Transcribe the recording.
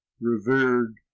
revered